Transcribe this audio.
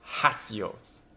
Hatsios